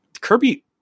Kirby